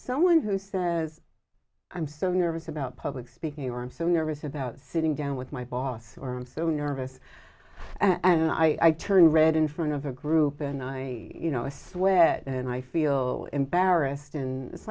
someone who says i'm so nervous about public speaking or i'm so nervous about sitting down with my boss or i'm so nervous and i turn red in front of a group and i you know a sweat and i feel embarrassed